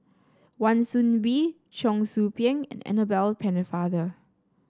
Wan Soon Bee Cheong Soo Pieng and Annabel Pennefather